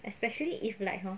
especially if like hor